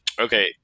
Okay